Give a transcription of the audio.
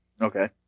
Okay